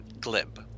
glib